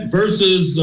versus